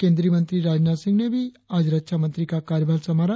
केंद्रीय मंत्री राजनाथ सिंह ने भी आज रक्षा मंत्री का कार्यभार संभाला